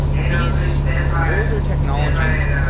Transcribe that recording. these older technologies,